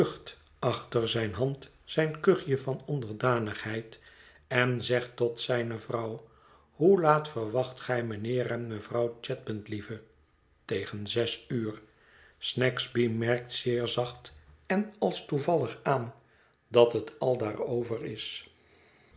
achter zijne hand zijn kuchje van onderdanigheid en zegt tot zijne vrouw hoe laat verwacht gij mijnheer en mevrouw chadband lieve tegen zes uur snagsby merkt zeer zacht en als toevallig aan dat het al daarover is